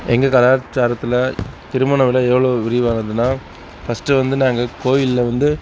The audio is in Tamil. எங்கள் கலாச்சாரத்தில் திருமணம் விட எவ்வளோ விரிவானதுன்னால் ஃபஸ்ட்டு வந்து நாங்கள் கோயிலில் வந்து